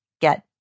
get